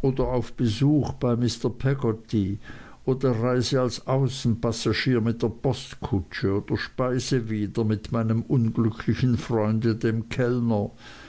oder auf besuch bei mr peggotty oder reise als außenpassagier mit der postkutsche oder speise wieder mit meinem unglücklichen freunde dem kellner